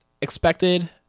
expected